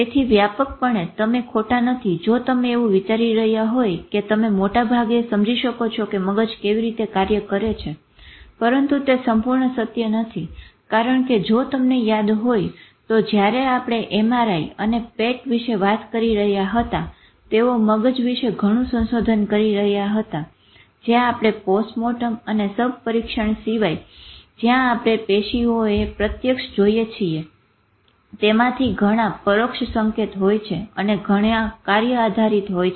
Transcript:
તેથી વ્યાપકપણે તમે ખોટા નથી જો તમે એવું વિચારી રહ્યા હોય કે તમે મોટાભાગે સમજી શકો છો કે મગજ કેવી રીતે કાર્ય કરે છે પરંતુ તે સંપૂર્ણ સત્ય નથી કારણ કે જો તમને યાદ હોય તો જયારે આપણે MRI અને પેટ વિશે વાત કરી રહ્યા હતા અને તેઓ મગજ વિશે ઘણું સંશોધન કરી રહ્યા હતા જે આપણે પોસ્ટમોર્ટમ અથવા શબપરીક્ષણ સિવાય જ્યાં આપણે પેશીઓને પ્રત્યક્ષ જોઈએ છીએ તેમાંથી ઘણા પરોક્ષ સંકેત હોય છે અને ઘણા કાર્ય આધારિત હોય છે